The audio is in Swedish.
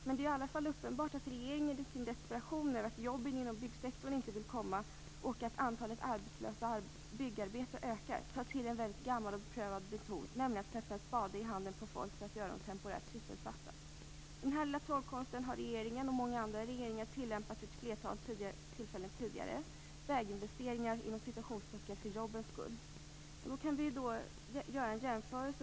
Men det är i alla fall uppenbart att regeringen i sin desperation över att jobben inom byggsektorn inte vill komma och att antalet arbetslösa byggarbetare ökar tar till en väldigt gammal och beprövad metod, nämligen att sätta en spade i handen på folk för att göra dem temporärt sysselsatta. Den här lilla trollkonsten har regeringen och många andra regeringar tillämpat vid ett flertal tillfällen tidigare. Det är väginvesteringar "för jobbens skull". Då kan vi göra en jämförelse.